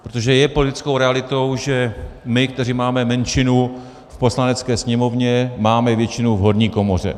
Protože je politickou realitou, že my, kteří máme menšinu v Poslanecké sněmovně, máme většinu v horní komoře.